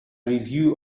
review